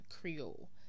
creole